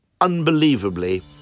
unbelievably